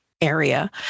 area